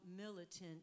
militant